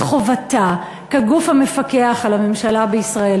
את חובתה כגוף המפקח על הממשלה בישראל,